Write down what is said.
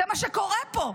זה מה שקורה פה.